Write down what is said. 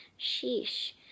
Sheesh